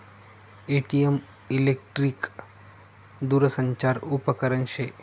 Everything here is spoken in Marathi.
ए.टी.एम इलेकट्रिक दूरसंचार उपकरन शे